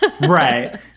right